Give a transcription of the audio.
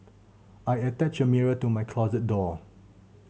I attached a mirror to my closet door